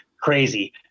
Crazy